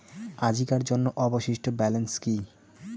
আজিকার জন্য অবশিষ্ট ব্যালেন্স কি?